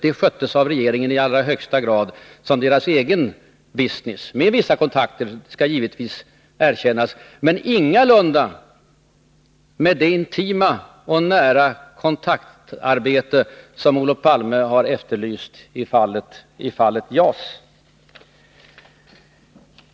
Det projektet sköttes i allra högsta grad av dem i regeringen som deras egen business — med vissa kontakter, det skall givetvis erkännas, men ingalunda med det intima och nära kontaktarbete som Olof Palme har efterlyst i fallet JAS.